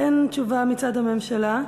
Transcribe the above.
אין תשובה מצד הממשלה.